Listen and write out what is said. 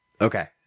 Okay